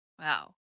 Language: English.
Wow